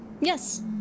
Yes